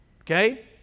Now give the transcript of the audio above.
Okay